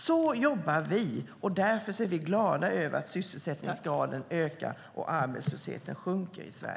Så jobbar vi, och därför är vi glada över att sysselsättningsgraden ökar och arbetslösheten minskar.